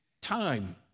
time